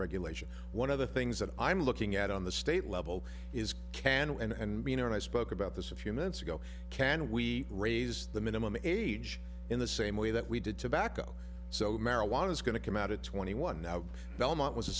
regulation one of the things that i'm looking at on the state level is can you and me and i spoke about this a few minutes ago can we raise the minimum age in the same way that we did tobacco so marijuana is going to come out of twenty one now belmont was the